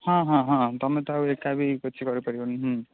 ହଁ ହଁ ହଁ ତୁମେ ତ ଆଉ ଏକା ବି କିଛି କରିପାରିବନି